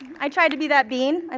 i tried to be that bean, ah